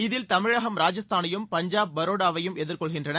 இதில் தமிழகம் ராஜஸ்தானையும் பஞ்சாப் பரோடாவையும் எதிர்கொள்கின்றன